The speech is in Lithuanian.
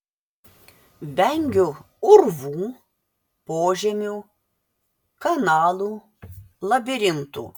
vengiu urvų požemių kanalų labirintų